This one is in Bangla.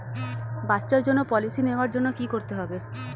বাচ্চার জন্য পলিসি নেওয়ার জন্য কি করতে হবে?